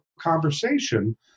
conversation